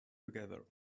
together